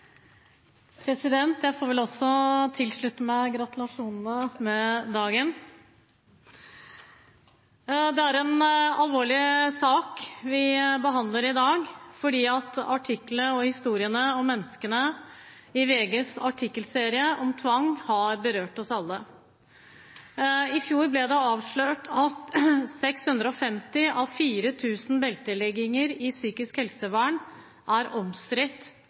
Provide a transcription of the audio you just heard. President, jeg får vel også slutte meg til gratulasjonene med dagen. Det er en alvorlig sak vi behandler i dag. Artiklene og historiene om menneskene i VGs artikkelserie om tvang har berørt oss alle. I fjor ble det avslørt at 650 av 4 000 beltelegginger i psykisk helsevern er